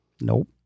Nope